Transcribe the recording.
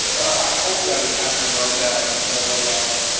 i hope that is happening right now in the center of our galaxy.